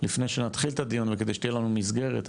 לפני שנתחיל את הדיון וכדי שתהיה לנו מסגרת,